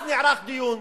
אז נערך דיון.